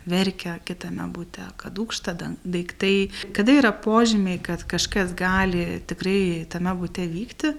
verkia kitame bute kad dūgžta dan daiktai kada yra požymiai kad kažkas gali tikrai tame bute vykti